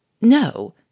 No